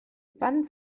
wann